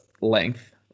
length